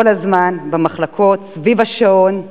כל הזמן, במחלקות, סביב השעון,